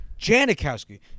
Janikowski